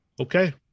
okay